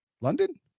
London